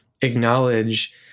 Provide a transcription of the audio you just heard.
acknowledge